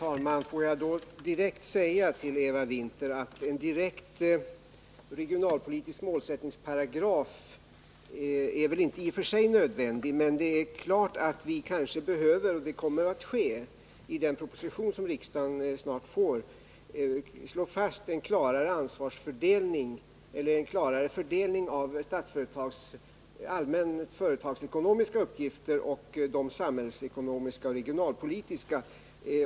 Fru talman! Jag vili direkt säga till Eva Winther att en regionalpolitisk målsättningsparagraf väl inte i och för sig är nödvändig men att vi kanske behöver — och det kommer att ske i den proposition som riksdagen snart kommer att föreläggas — slå fast en klarare fördelning av Statsföretags allmänt företagsekonomiska uppgifter och de samhällsekonomiska och regionalpolitiska.